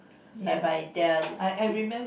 whereby their they